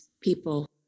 people